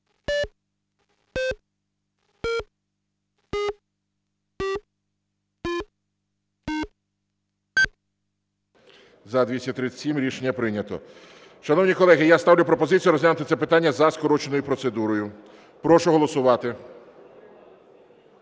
За-237 Рішення прийнято. Шановні колеги, я ставлю пропозицію розглянути це питання за скороченою процедурою. Прошу голосувати.